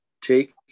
Take